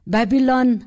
Babylon